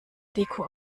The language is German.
deko